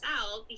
out